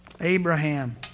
Abraham